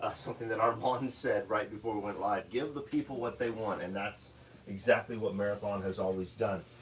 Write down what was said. ah something that armand and said right before we went live, give the people what they want. and that's exactly what marathon has always done,